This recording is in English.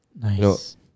Nice